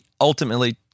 ultimately